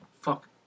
fuck